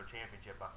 Championship